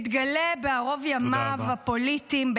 מתגלה בערוב ימיו הפוליטיים -- תודה רבה.